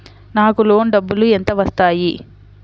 నాకు లోన్ డబ్బులు ఎంత వస్తాయి?